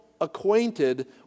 acquainted